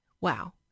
Wow